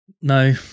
No